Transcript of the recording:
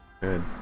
good